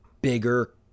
bigger